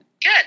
Good